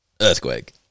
Earthquake